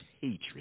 hatred